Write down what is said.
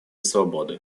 свободы